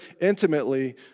intimately